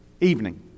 evening